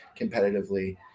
competitively